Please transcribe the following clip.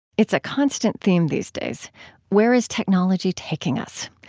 it's a constant theme these days where is technology taking us?